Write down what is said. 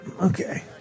Okay